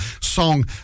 song